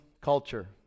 culture